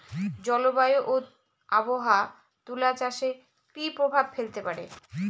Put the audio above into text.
জলবায়ু ও আবহাওয়া তুলা চাষে কি প্রভাব ফেলতে পারে?